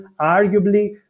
arguably